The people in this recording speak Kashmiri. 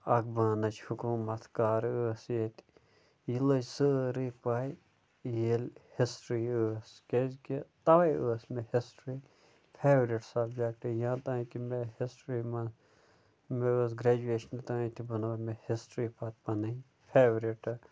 اَکھ بانٕچ حکوٗمت کَر ٲس ییٚتہِ یہِ لٔج سٲرٕے پَے ییٚلہِ ہِسٹِرٛی ٲس کیٛازکہِ تَوَے ٲس مےٚ ہِسٹِرٛی فیٛورِٹ سَبجَکٹہٕ یٲتانۍ کہِ مےٚ ہِسٹِرٛی منٛز مےٚ ٲس گرٛیجویشنہٕ تانۍ تہِ بَنٲو مےٚ ہِسٹِرٛی پَتہٕ پَنٕنۍ فیٛورِٹہٕ